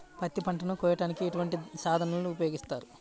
పత్తి పంటను కోయటానికి ఎటువంటి సాధనలు ఉపయోగిస్తారు?